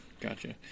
Gotcha